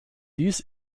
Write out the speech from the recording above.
dies